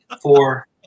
four